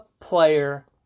player